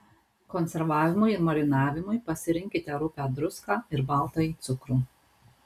konservavimui ir marinavimui pasirinkite rupią druską ir baltąjį cukrų